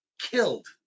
killed